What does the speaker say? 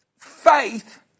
faith